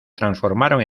transformaron